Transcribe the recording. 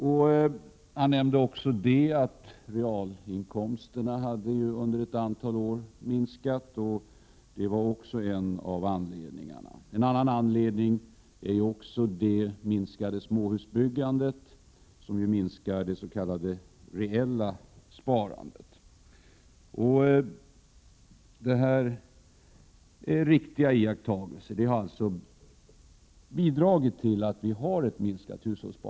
Rune Rydén nämnde vidare att realinkomsterna under ett antal år har minskat, vilket också är en av anledningarna. En annan orsak är det avtagande småhusbyggandet som även minskar det reella sparandet. Dessa iakttagelser är riktiga, och dessa förhållanden har således bidragit till att hushållssparandet har sjunkit.